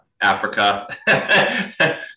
Africa